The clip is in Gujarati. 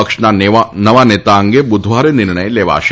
પક્ષના નવા નેતા અંગે બુધવારે નિર્ણય લેવાશે